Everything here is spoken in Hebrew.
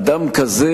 אדם כזה,